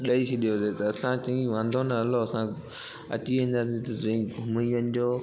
ॾेई छॾियोसीं त असां चयई वांदो न हलो असां अचीं वेंदासीं त चयई घुमीं वञिजो